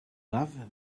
love